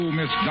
Miss